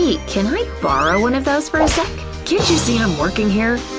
hey, can i borrow one of those for a sec? can't you see i'm working here?